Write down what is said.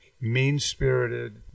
mean-spirited